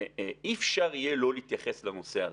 אי-אפשר יהיה לא להתייחס לנושא הזה.